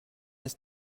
ist